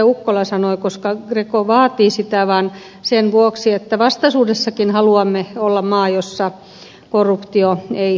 ukkola sanoi koska greco vaatii sitä vaan sen vuoksi että vastaisuudessakin haluamme olla maa jossa korruptio ei rehota